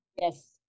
Yes